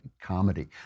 comedy